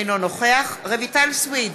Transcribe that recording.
אינו נוכח רויטל סויד,